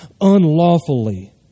unlawfully